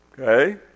okay